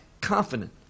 confident